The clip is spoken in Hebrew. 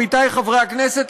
עמיתי חברי הכנסת,